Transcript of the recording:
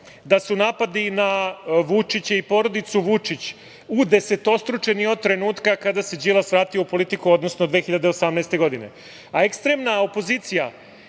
da su napadi na Vučića i porodicu Vučić udesetostručeni od trenutka kada se Đilas vratio u politiku, odnosno od 2018. godine. Ekstremna opozicija